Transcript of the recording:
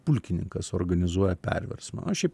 pulkininkas organizuoja perversmą na šiaip